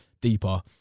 deeper